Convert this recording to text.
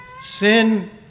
Sin